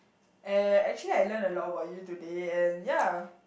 eh actually I learned a lot about you today and ya